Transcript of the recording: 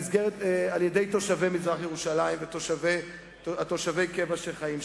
על-ידי תושבי הקבע שחיים שם.